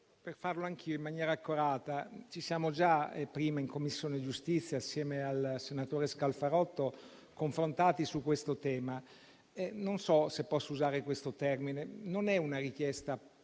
fare anch'io un intervento accorato. Ci siamo già prima in Commissione giustizia, assieme al senatore Scalfarotto, confrontati sul tema e non so se posso usare questo termine: non è una richiesta